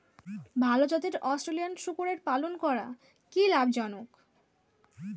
ভাল জাতের অস্ট্রেলিয়ান শূকরের পালন করা কী লাভ জনক?